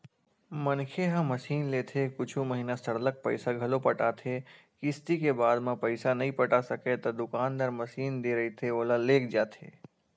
मनखे ह मसीनलेथे कुछु महिना सरलग पइसा घलो पटाथे किस्ती के बाद म पइसा नइ पटा सकय ता दुकानदार मसीन दे रहिथे ओला लेग जाथे